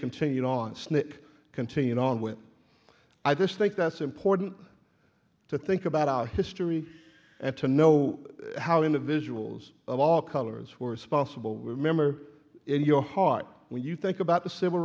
continued on snick continued on when i just think that's important to think about our history and to know how individuals of all colors were responsible will remember in your heart when you think about the civil